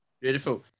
beautiful